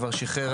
כבר שיחרר.